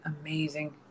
amazing